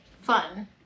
fun